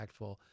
impactful